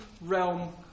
realm